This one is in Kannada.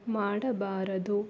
ಮಾಡಬಾರದು